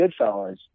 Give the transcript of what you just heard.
Goodfellas